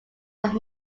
are